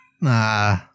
Nah